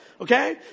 Okay